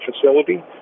facility